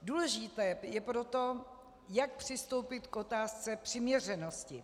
Důležité je proto, jak přistoupit k otázce přiměřenosti.